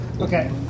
Okay